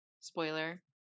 Spoiler